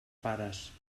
pares